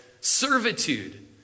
Servitude